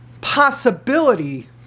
possibility